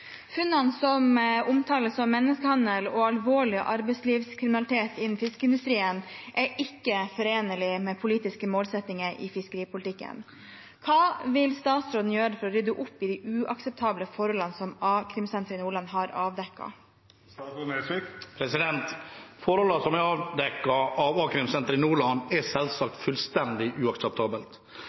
Funnene, som omtales som menneskehandel og alvorlig arbeidslivskriminalitet innen fiskeindustrien, er ikke forenlig med politiske målsettinger i fiskeripolitikken. Hva vil statsråden gjøre for å rydde opp i de uakseptable forholdene som A-krimsenteret i Nordland har avdekket?» Forholdene som er avdekket av a-krimsenteret i Nordland, er selvsagt fullstendig